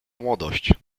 młodość